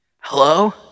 Hello